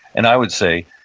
and i would say